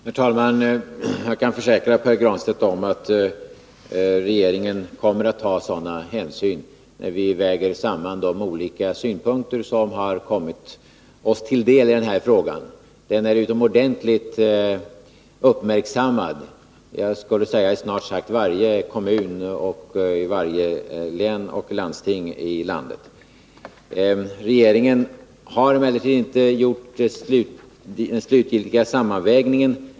Herr talman! Jag kan försäkra Pär Granstedt att vi inom regeringen kommer att ta sådana hänsyn, när vi väger samman de olika synpunkter som kommit oss till del i den här frågan. Den är utomordentligt uppmärksammad iså gott som varje kommun och i varje län och landsting i landet. Regeringen har emellertid ännu inte gjort den slutgiltiga sammanvägningen.